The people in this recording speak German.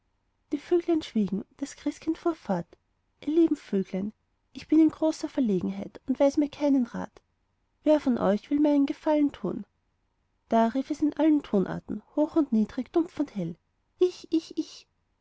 die vöglein schwiegen und das christkind fuhr fort ihr lieben vöglein ich bin in großer verlegenheit und weiß mir keinen rat wer von euch will mir einen gefallen tun da rief es in allen tonarten hoch und niedrig dumpf und helle ich ich ich